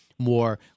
more